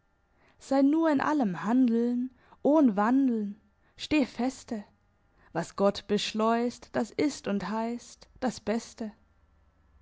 sei nur in allem handeln ohn wandeln steh feste was gott beschleusst das ist und heisst das beste